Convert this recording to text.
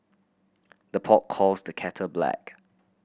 the pot calls the kettle black